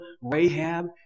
Rahab